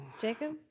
Jacob